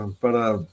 para